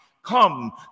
come